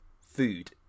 food